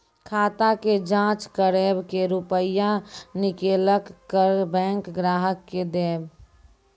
खाता के जाँच करेब के रुपिया निकैलक करऽ बैंक ग्राहक के देब?